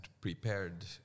prepared